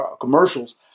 commercials